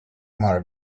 mark